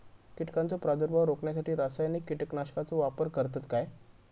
कीटकांचो प्रादुर्भाव रोखण्यासाठी रासायनिक कीटकनाशकाचो वापर करतत काय?